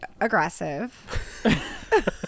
aggressive